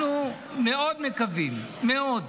אנחנו מאוד מקווים, מאוד,